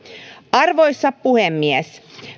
arvoisa puhemies